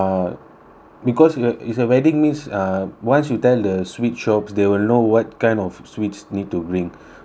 because it's it's a wedding news uh once you tell the sweet shops they will know what kind of sweets need to bring so I